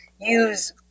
use